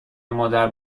مادر